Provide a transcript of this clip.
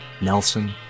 Nelson